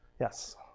Yes